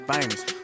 famous